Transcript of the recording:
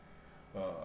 uh